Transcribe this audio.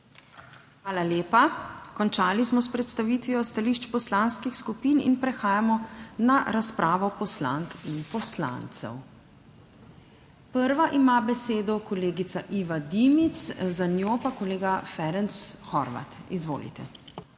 Hvala lepa. Končali smo s predstavitvijo stališč poslanskih skupin in prehajamo na razpravo poslank in poslancev. Prva ima besedo kolegica Iva Dimic, za njo pa kolega Ferenc Horvat. Izvolite.